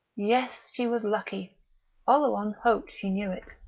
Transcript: yes, she was lucky oleron hoped she knew it.